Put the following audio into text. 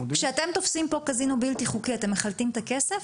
כשאתם תופסים פה קזינו בלתי חוקי אתם מחלטים את הכסף?